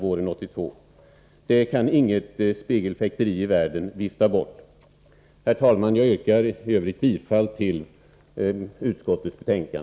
Detta kan inga spegelfäkterier i världen vifta bort. Herr talman! Jag yrkar i övrigt bifall till utskottets hemställan.